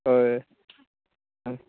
होय